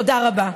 תודה רבה.